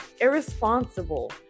irresponsible